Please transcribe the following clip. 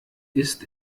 ist